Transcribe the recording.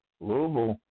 Louisville